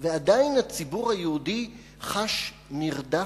ועדיין הציבור היהודי חש נרדף,